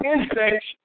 Insects